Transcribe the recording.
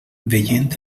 veient